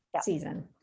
season